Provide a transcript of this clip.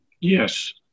yes